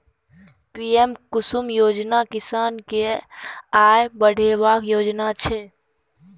PM Kusum योजना किसान केर आय बढ़ेबाक योजना छै